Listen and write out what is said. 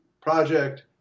project